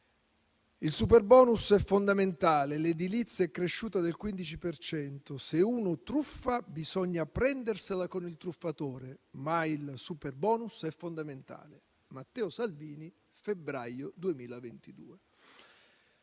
«Il superbonus è fondamentale. L'edilizia è cresciuta del 15 per cento. Se uno truffa, bisogna prendersela con il truffatore, ma il superbonus è fondamentale» (Matteo Salvini, febbraio 2022).